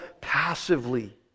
passively